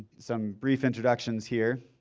some brief introductions here.